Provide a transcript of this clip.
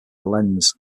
lens